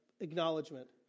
acknowledgement